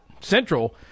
Central